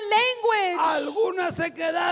language